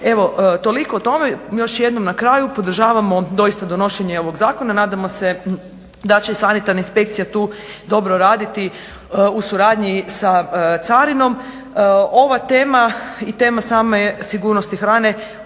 Evo toliko o tome. Još jednom na kraju podržavamo doista donošenje ovog zakona. nadamo se da će sanitarne inspekcije tu raditi u suradnji sa carinom. Ova tema i tema same sigurnosti hrane